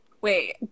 Wait